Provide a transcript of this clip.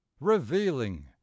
revealing